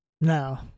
No